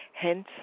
Hence